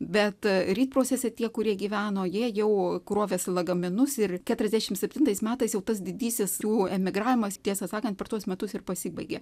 bet rytprūsiuose tie kurie gyveno jie jau krovėsi lagaminus ir keturiasdešimt septintais metais jau pats didysis jų emigravimas tiesą sakant per tuos metus ir pasibaigė